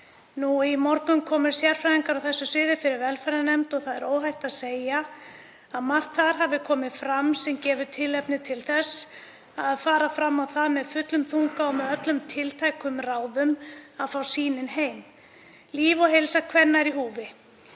Í morgun komu sérfræðingar á því sviði fyrir velferðarnefnd og óhætt að segja að margt hafi komið fram sem gefur tilefni til þess að fara fram á það með fullum þunga og öllum tiltækum ráðum að fá sýnin heim. Líf og heilsa kvenna er í húfi.